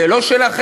זה לא שלכם?